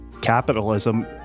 capitalism